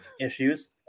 issues